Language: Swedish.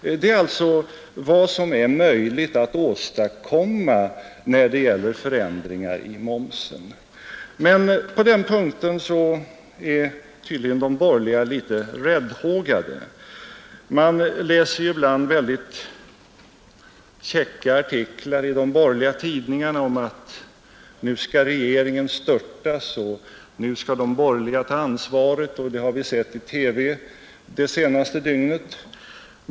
Det är alltså vad som är möjligt att åstadkomma när det gäller förändringar i momsen, Men på den punkten är de borgerliga tydligen litet räddhågade. Man läser ibland väldigt käcka artiklar i de borgerliga tidningarna om att nu skall regeringen störtas och nu skall de borgerliga ta ansvaret — det har vi sett även i TV det senaste dygnet.